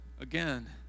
again